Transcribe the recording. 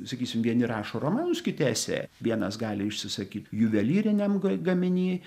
sakysim vieni rašo romanus kiti esė vienas gali išsisakyt juvelyriniam ga gaminy